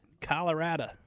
Colorado